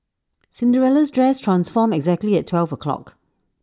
Cinderella's dress transformed exactly at twelve o'clock